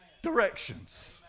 directions